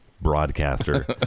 broadcaster